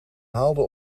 haalde